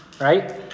right